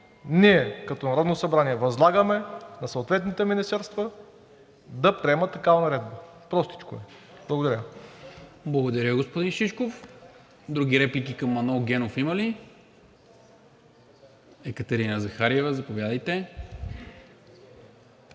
Ние като Народно събрание възлагаме на съответните министерства да приемат такава наредба. Простичко е. Благодаря. ПРЕДСЕДАТЕЛ НИКОЛА МИНЧЕВ: Благодаря, господин Шишков. Други реплики към Манол Генов има ли? Екатерина Захариева, заповядайте.